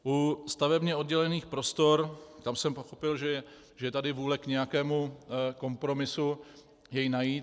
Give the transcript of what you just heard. U stavebně oddělených prostor, tam jsem pochopil, že je tady vůle k nějakému kompromisu jej najít.